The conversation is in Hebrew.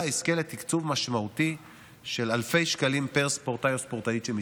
יזכה לתקצוב משמעותי של אלפי שקלים פר ספורטאי או ספורטאית שמצטרפים.